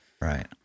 Right